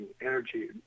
energy